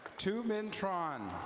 tu minh tran.